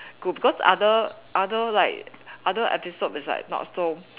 good because other other like other episode is like not so